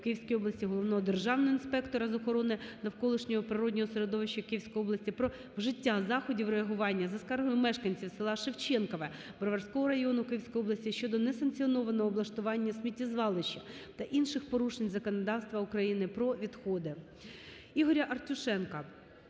Київській області - головного державного інспектора з охорони навколишнього природного середовища Київської області про вжиття заходів реагування за скаргою мешканців села Шевченкове Броварського району, Київської області щодо несанкціонованого облаштування сміттєзвалища та інших порушень законодавства України про відходи. Ігоря Артюшенка